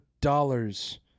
dollars